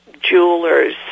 jewelers